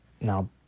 Now